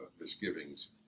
misgivings